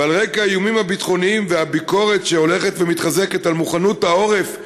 ועל רקע האיומים הביטחוניים והביקורת ההולכת ומתחזקת על מוכנות העורף,